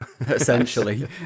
Essentially